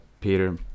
Peter